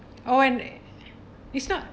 oh and it is not